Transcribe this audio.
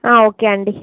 ఆ ఓకే అండి